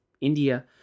India